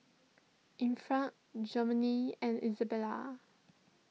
Infant Jovanni and Isabela